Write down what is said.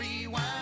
rewind